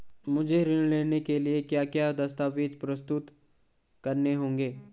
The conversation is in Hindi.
मुझे ऋण लेने के लिए क्या क्या दस्तावेज़ प्रस्तुत करने होंगे?